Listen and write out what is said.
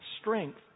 strength